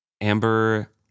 Amber